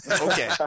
Okay